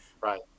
right